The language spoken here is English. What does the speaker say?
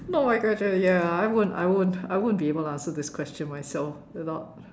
no I I ya I won't I won't I won't be able to answer this question myself without